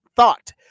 Thought